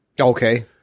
Okay